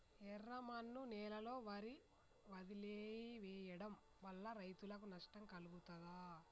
ఎర్రమన్ను నేలలో వరి వదిలివేయడం వల్ల రైతులకు నష్టం కలుగుతదా?